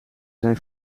zijn